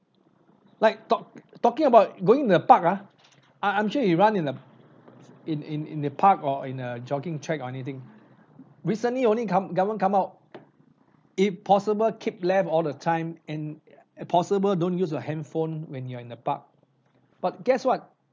like talk talking about going to the park ah I I'm sure you run in the in in in the park or in a jogging track or anything recently only come government come out if possible keep left all the time and if possible don't use your handphone when you're in the park but guess what